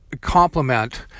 complement